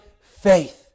faith